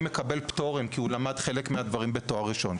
פטורים כי הוא למד חלק מהדברים בתואר ראשון.